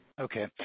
Okay